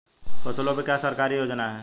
फसलों पे क्या सरकारी योजना है?